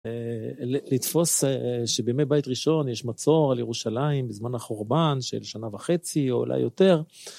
לתפוס שבימי בית ראשון יש מצור על ירושלים בזמן החורבן של שנה וחצי או אולי יותר.